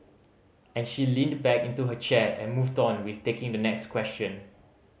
and she leaned back into her chair and moved on with taking the next question